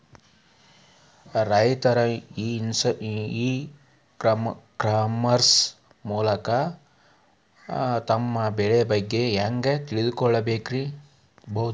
ರೈತರು e commerce ಮೂಲಕ ತಮ್ಮ ಬೆಳಿ ಬಗ್ಗೆ ಹ್ಯಾಂಗ ತಿಳ್ಕೊಬಹುದ್ರೇ?